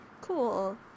Cool